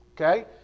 Okay